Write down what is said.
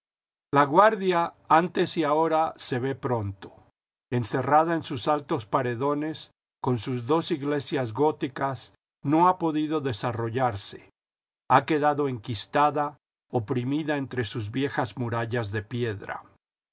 existían laguardia anles y ahora se ve pronto encerrada en sus altos paredones con sus dos iglesias góticas no ha podido desarrollarse ha quedada enquistada oprimida entre sus viejas murallas de piedra